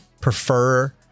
prefer